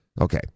Okay